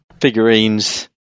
figurines